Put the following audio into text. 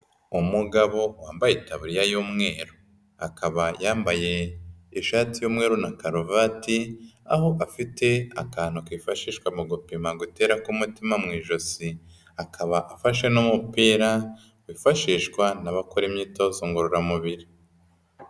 Umugabo wambaye itaburiya y'umweru, akaba yambaye ishati y'umweru na karuvati aho afite akantu kifashishwa mu gupima gutera k'umutima mu ijosi, akaba afashe n'umupira wifashishwa n'abakora imyitozo ngororamubiri.